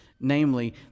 Namely